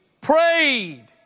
prayed